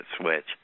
switch